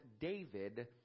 David